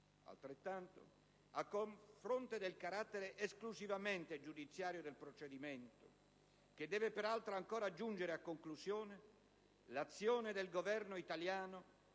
Talabani. A fronte del carattere esclusivamente giudiziario del procedimento, che deve peraltro ancora giungere a conclusione, l'azione del Governo italiano